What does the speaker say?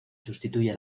sustituye